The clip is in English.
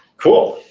cool.